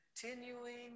continuing